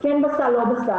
כן בסל או לא בסל.